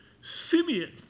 Simeon